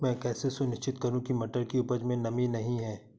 मैं कैसे सुनिश्चित करूँ की मटर की उपज में नमी नहीं है?